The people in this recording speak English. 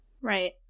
Right